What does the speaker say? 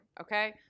okay